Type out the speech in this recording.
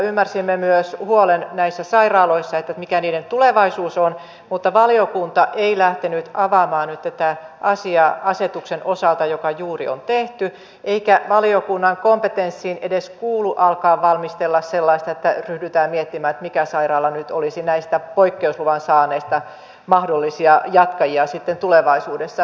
ymmärsimme myös huolen näissä sairaaloissa että mikä niiden tulevaisuus on mutta valiokunta ei lähtenyt avaamaan nyt tätä asiaa asetuksen osalta joka juuri on tehty eikä valiokunnan kompetenssiin edes kuulu alkaa valmistella sellaista että ryhdytään miettimään mitkä sairaalat nyt olisivat näistä poikkeusluvan saaneista mahdollisia jatkajia tulevaisuudessa